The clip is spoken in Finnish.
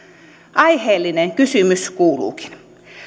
aiheellinen kysymys kuuluukin